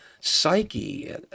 psyche